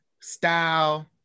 style